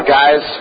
guys